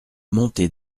montée